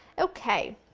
okay.